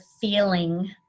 feeling